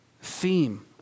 theme